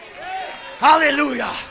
hallelujah